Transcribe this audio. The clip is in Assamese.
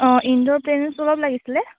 অঁ ইন্দ'ৰ প্লেণ্টছ অলপ লাগিছিলে